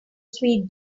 sweet